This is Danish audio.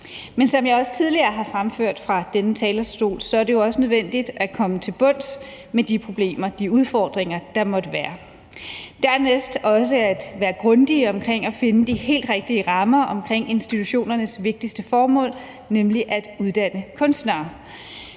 Men som jeg også tidligere har fremført fra denne talerstol, er det jo også nødvendigt at komme til bunds i de problemer og udfordringer, der måtte være; dernæst også at være grundige omkring at finde de helt rigtige rammer omkring institutionernes vigtigste formål, nemlig at uddanne kunstnere.